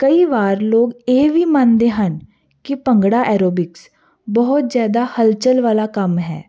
ਕਈ ਵਾਰ ਲੋਕ ਇਹ ਵੀ ਮੰਨਦੇ ਹਨ ਕਿ ਭੰਗੜਾ ਐਰੋਬਿਕਸ ਬਹੁਤ ਜਿਆਦਾ ਹਲਚਲ ਵਾਲਾ ਕੰਮ ਹੈ